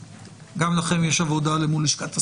שגם לכם יש עבודה אל מול לשכת השר.